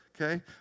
Okay